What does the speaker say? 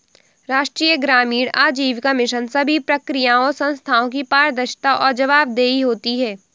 राष्ट्रीय ग्रामीण आजीविका मिशन सभी प्रक्रियाओं और संस्थानों की पारदर्शिता और जवाबदेही होती है